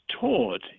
taught